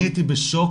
אני הייתי בשוק,